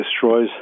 destroys